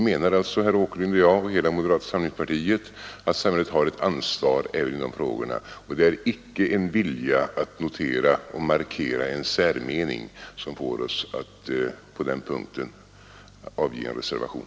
Herr Åkerlind och jag och hela moderata samlingspartiet menar att samhället har ett ansvar även i dessa frågor, och det är icke en vilja att notera och markera en särmening som får oss att på den punkten avge en reservation.